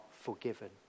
forgiven